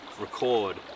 record